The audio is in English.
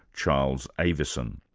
charles aveson.